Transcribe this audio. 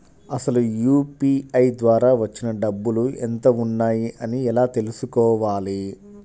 అసలు యూ.పీ.ఐ ద్వార వచ్చిన డబ్బులు ఎంత వున్నాయి అని ఎలా తెలుసుకోవాలి?